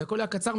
זה הכול היה קצר,